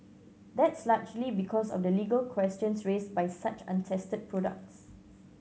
that's largely because of the legal questions raised by such untested products